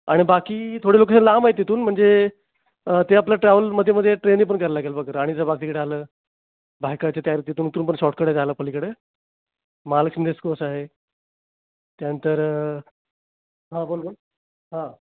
आण बाकी थोडं लोकेशन लांब आहे तिथून म्हणजे ते आपलं ट्रॅव्हलमध्ये मध्ये ट्रेनने पण करायला लागेल बघ राणीच बाग तिकडं आलं नाही काय तर तिथून उतरून पण शॉटकट आहे जायला पलिकडं महालक्ष्मी रसकोर्स आहे त्यानंतर बोल बोल